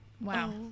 Wow